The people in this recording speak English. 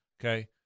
okay